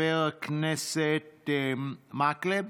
חבר הכנסת אורי מקלב,